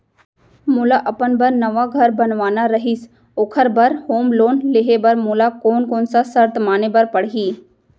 मोला अपन बर नवा घर बनवाना रहिस ओखर बर होम लोन लेहे बर मोला कोन कोन सा शर्त माने बर पड़ही?